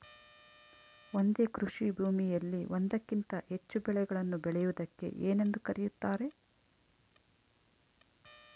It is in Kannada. ಒಂದೇ ಕೃಷಿಭೂಮಿಯಲ್ಲಿ ಒಂದಕ್ಕಿಂತ ಹೆಚ್ಚು ಬೆಳೆಗಳನ್ನು ಬೆಳೆಯುವುದಕ್ಕೆ ಏನೆಂದು ಕರೆಯುತ್ತಾರೆ?